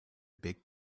big